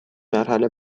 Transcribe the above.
مرحله